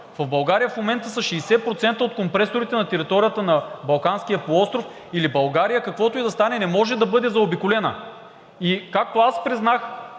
В България в момента са 60% от компресорите на територията на Балканския полуостров, или България, каквото и да стане – не може да бъде заобиколена. И както аз признах